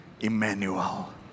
Emmanuel